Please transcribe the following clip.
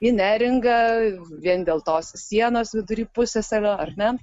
į neringą vien dėl tos sienos vidury pusiasalio ar ne